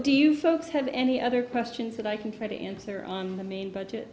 do you folks have any other questions that i can try to answer on the mean bu